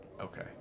Okay